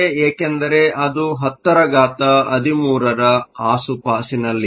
ಏಕೆಂದರೆ ಅದು 1013 ರ ಆಸುಪಾಸಿನಲ್ಲಿದೆ